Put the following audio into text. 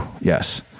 yes